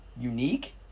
unique